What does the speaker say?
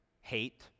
hate